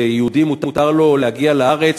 שיהודי מותר לו להגיע לארץ,